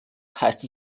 heißt